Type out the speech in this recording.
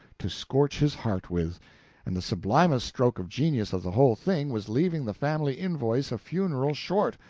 to scorch his heart with and the sublimest stroke of genius of the whole thing was leaving the family-invoice a funeral short,